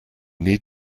need